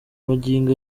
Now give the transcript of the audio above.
magingo